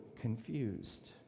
confused